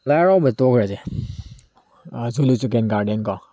ꯂꯥꯏ ꯍꯔꯥꯎꯕ ꯇꯣꯛꯈ꯭ꯔꯁꯤ ꯖꯨꯂꯣꯖꯤꯀꯦꯜ ꯒꯥꯔꯗꯦꯟꯀꯣ